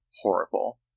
Horrible